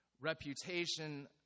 reputation